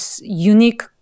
unique